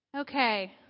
Okay